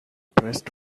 pressed